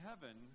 heaven